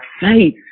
faith